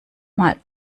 mal